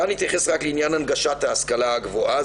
כאן נתייחס רק לעניין הנגשת ההשכלה הגבוהה,